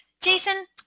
Jason